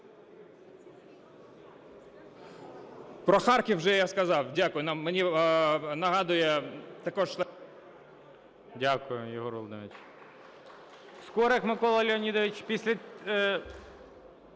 Про Харків вже я сказав. Дякую.